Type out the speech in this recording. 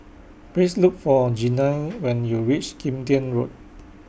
Please Look For Jeanine when YOU REACH Kim Tian Road